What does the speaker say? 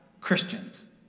Christians